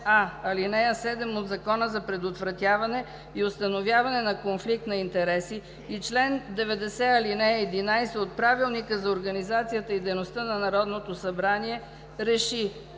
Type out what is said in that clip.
ал. 7 от Закона за предотвратяване и установяване на конфликт на интереси и чл. 90, ал. 11 от Правилника за организацията и дейността на Народното събрание